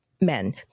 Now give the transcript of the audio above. men